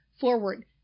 forward